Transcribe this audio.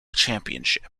championship